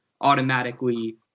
automatically